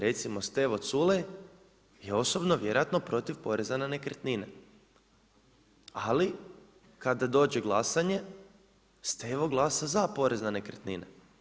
Recimo Stevo Culej je osobno vjerojatno protiv poreza na nekretnine, ali kada dođe glasanje Stevo glasa za porez na nekretnine.